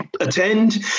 attend